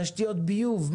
תשתיות ביוב,